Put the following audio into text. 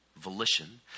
volition